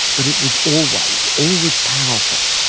but it was always, always powerful.